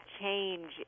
change